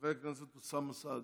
חבר הכנסת אוסאמה סעדי.